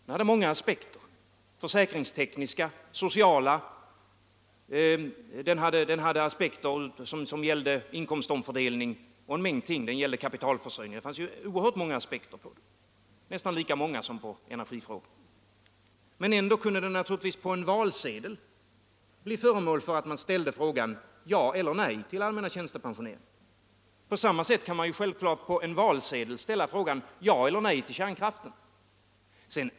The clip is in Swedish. Den hade försäkringstekniska, sociala fördelningspolitiska aspekter samt kapitalförsörjningsaspekter — det fanns oerhört många, nästan lika många som när det gällde energifrågan. Ändå kunde det bli fråga om att på valsedeln svara ja eller nej på allmänna tjänstepensioneringen. På samma sätt kan man ställa frågan ja eller nej till kärnkraften.